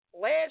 Last